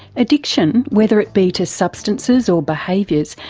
addiction, whether it be to substances or behaviours,